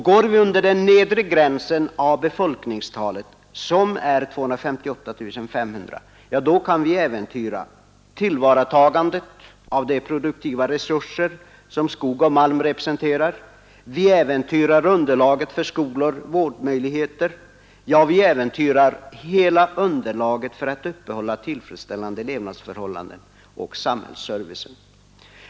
Går vi under den nedre gränsen av befolkningstalet 258 500 personer kan vi äventyra tillvaratagandet av de produktiva resurser som skog och malm representerar, vi äventyrar underlaget för skolor och vårdmöjligheter, ja, vi äventyrar hela underlaget för att uppehålla tillfredsställande levnadsförhållanden och samhällsservice.